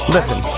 Listen